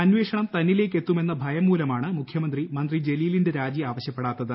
അന്വേഷണം തന്നിലേക്ക് എത്തുമെന്ന ഭയം മൂലമാണ് മുഖ്യമന്ത്രി മന്ത്രി ജലീലിന്റെ രാജി ആവശ്യപെടാത്തത്